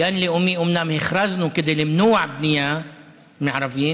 גן לאומי אומנם הכרזנו כדי למנוע בנייה מערבים,